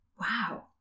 Wow